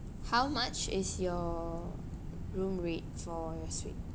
how much is your room rate for your suite